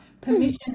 Permission